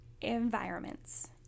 environments